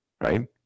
Right